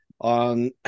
On